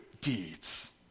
deeds